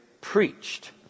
preached